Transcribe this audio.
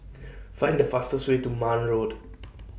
Find The fastest Way to Marne Road